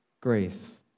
grace